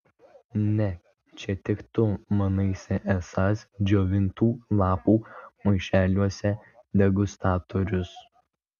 ne čia tik tu manaisi esąs džiovintų lapų maišeliuose degustatorius